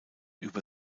über